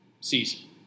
season